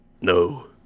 no